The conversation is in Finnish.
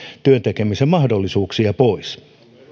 työn tekemisen mahdollisuuksia pois